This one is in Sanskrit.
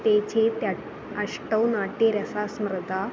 ते चेति अष्टौ नाट्ये रसाः स्मृताः